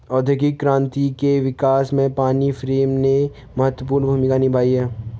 औद्योगिक क्रांति के विकास में पानी फ्रेम ने महत्वपूर्ण भूमिका निभाई है